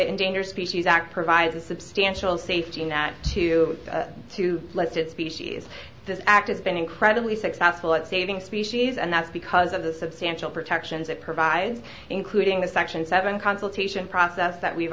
endangered species act provides a substantial safety net too to let this species act it's been incredibly successful at saving species and that's because of the substantial protections it provides including the section seven consultation process that we've